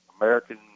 American